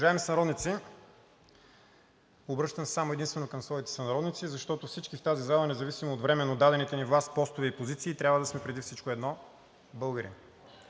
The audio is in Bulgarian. Уважаеми сънародници! Обръщам се само и единствено към своите сънародници, защото всички в тази зала, независимо от временно дадените ни власт, постове и позиции, трябва да сме преди всичко едно – българи.